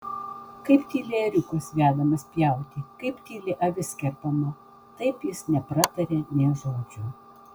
kaip tyli ėriukas vedamas pjauti kaip tyli avis kerpama taip jis nepratarė nė žodžio